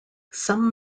some